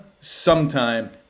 sometime